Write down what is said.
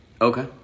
Okay